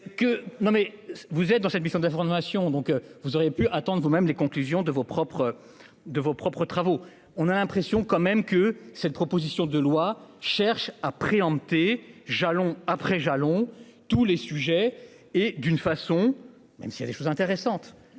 vous êtes dans cette mission d'information donc vous auriez pu attendre vous-même les conclusions de vos propres. De vos propres travaux. On a l'impression quand même que cette proposition de loi cherche à préempter jalons après Jâlons tous les sujets et d'une façon même s'il y a des choses intéressantes